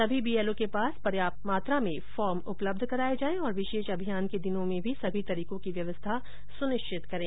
सभी बीएलओ के पास पर्याप्त मात्रा में फॉर्म उपलब्ध कराए जाए और विशेष अभियान के दिनों में भी सभी तरीको की व्यवस्था सुनिश्चित करें